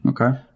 Okay